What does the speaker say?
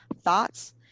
thoughts